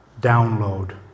download